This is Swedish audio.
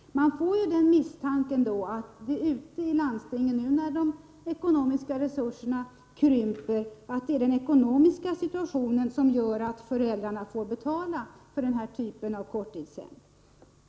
Man får misstanken att det ute i landstingen är den ekonomiska situationen med krympande resurser som gör att föräldrarna får betala för den här typen av korttidshem.